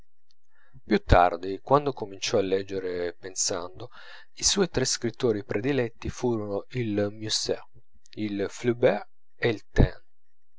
più tardi quando cominciò a leggere pensando i suoi tre scrittori prediletti furono il musset il flaubert e il